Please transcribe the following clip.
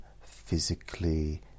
physically